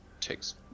takes